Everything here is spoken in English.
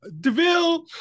Deville